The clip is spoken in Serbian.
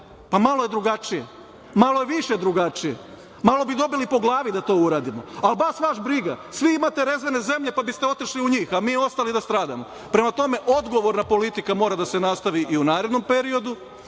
to tako važi, malo je više drugačije, malo bi dobili po glavi da to uradimo, ali baš vas briga, svi imate rezervne zemlje, pa biste otišli u njih, a mi da stradamo. Prema odgovorna politika mora da se nastavi i u narednom periodu,